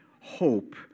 hope